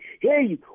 hey